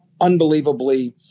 Unbelievably